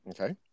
Okay